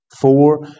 four